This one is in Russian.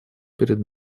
перед